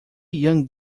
young